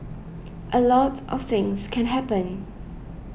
a lot of things can happen